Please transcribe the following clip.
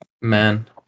man